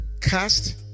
cast